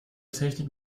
technik